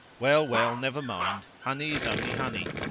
well, well! never mind. honey is only honey.